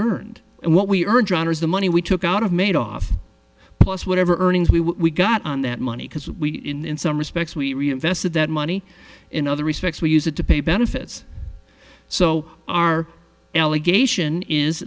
earned and what we urge honor is the money we took out of made off plus whatever earnings we got on that money because we in some respects we reinvested that money in other respects we use it to pay benefits so our allegation is